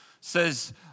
says